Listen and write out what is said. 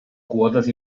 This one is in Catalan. quotes